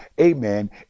amen